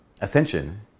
Ascension